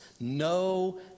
no